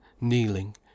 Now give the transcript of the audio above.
kneeling